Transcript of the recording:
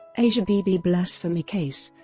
asia bibi blasphemy case